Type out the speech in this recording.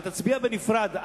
גם אליו פניתי.